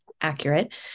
accurate